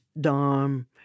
Dom